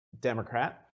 Democrat